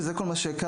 וזה כל מה שהכרתי.